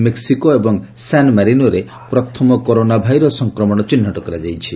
ମେକ୍ନିକୋ ଏବଂ ସାନ୍ମାରିନୋରେ ପ୍ରଥମ କରୋନା ଭାଇରସ୍ ସଂକ୍ରମଣ ଚିହ୍ନଟ କରାଯାଇଛି